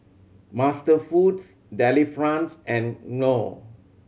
MasterFoods Delifrance and Knorr